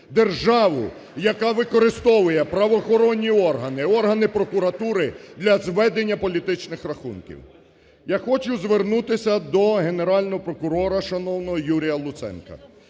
державу, яка використовує правоохоронні органи, органи прокуратури для зведення політичних рахунків. Я хочу звернутися до Генерального прокурора шановного Юрія Луценка.